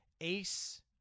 ace